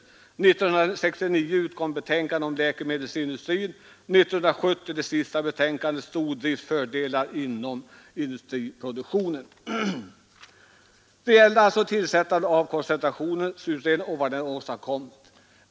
1969 utkom betänkandet Läkemedelsindustrin och 1970 det sista betänkandet som heter Stordriftsfördelar inom industriproduktionen. Detta gällde alltså tillsättandet av koncentrationsutredningen och vad den åstadkommit.